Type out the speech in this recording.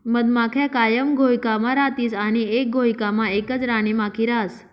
मधमाख्या कायम घोयकामा रातीस आणि एक घोयकामा एकच राणीमाखी रहास